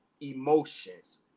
emotions